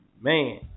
man